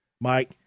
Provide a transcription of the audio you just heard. Mike